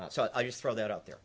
so i just throw that out there